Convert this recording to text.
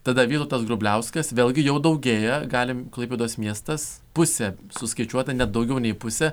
tada vytautas grubliauskas vėlgi jau daugėja galim klaipėdos miestas pusė suskaičiuota net daugiau nei pusė